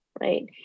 right